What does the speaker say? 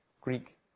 Greek